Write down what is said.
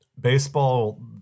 baseball